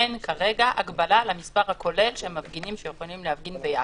אין כרגע הגבלה על המספר הכולל של מפגינים שיכולים להפגין ביחד.